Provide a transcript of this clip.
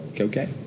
okay